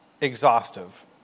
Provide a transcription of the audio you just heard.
exhaustive